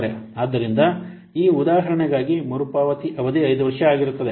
ಆದ್ದರಿಂದ ಈ ಉದಾಹರಣೆಗಾಗಿ ಮರುಪಾವತಿ ಅವಧಿ 5 ವರ್ಷ ಆಗಿರುತ್ತದೆ